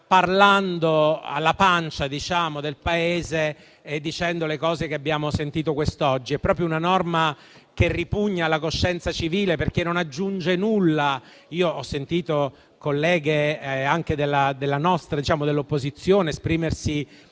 parlando alla pancia del Paese e dicendo le cose che abbiamo sentito quest'oggi. È proprio una norma che ripugna alla coscienza civile, perché non aggiunge nulla. Io ho sentito colleghe anche dell'opposizione esprimersi